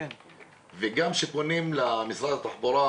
וגם כשפונים למשרד התחבורה,